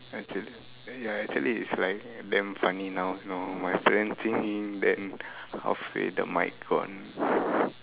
that's it ya actually it's like damn funny now you know my friend singing then halfway the mic gone